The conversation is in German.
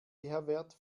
wert